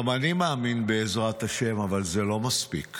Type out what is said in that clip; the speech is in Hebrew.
גם אני מאמין בעזרת השם, אבל זה לא מספיק.